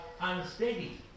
unsteady